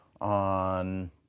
on